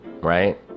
right